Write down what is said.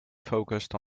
focused